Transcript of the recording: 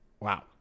wow